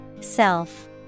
Self